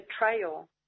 betrayal